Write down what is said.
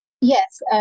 Yes